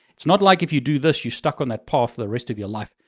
it's not like if you do this you stuck on that path for the rest of your life.